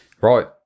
Right